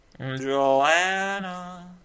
Joanna